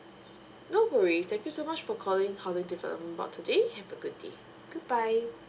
no worries thank you so much for calling housing development board today have a good day bye bye